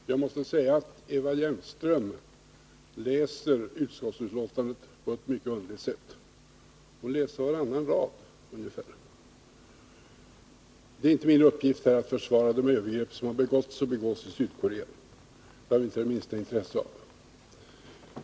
Herr talman! Jag måste säga att Eva Hjelmström läser utskottsbetänkandet på ett mycket underligt sätt. Hon läser nämligen varannan rad ungefär. Det är inte min uppgift här att försvara de övergrepp som har begåtts och begås i Sydkorea. Det har jag inte det minsta intresse av.